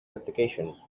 application